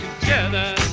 together